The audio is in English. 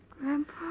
Grandpa